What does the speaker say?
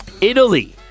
Italy